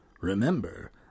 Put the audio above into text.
Remember